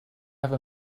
have